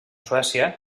suècia